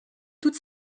toute